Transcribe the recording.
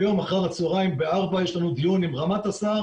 היום אחר הצהריים בארבע יש לנו דיון עם רמ"ט השר